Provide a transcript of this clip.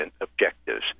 objectives